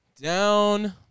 Down